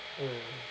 mm